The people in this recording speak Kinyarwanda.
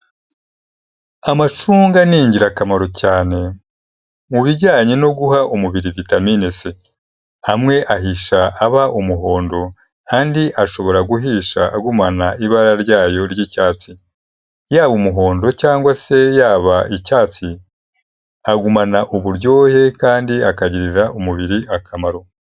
Amacunga ni ingirakamaro cyane mu bijyanye no guha umubiri vitamin c. Amwe ahisha aba umuhondo, andi ashobora guhisha agumana ibara ryayo ry'icyatsi. Yaba umuhondo cg se yaba icyatsi agumana uburyohe kandi akagirira umubiri akamaro.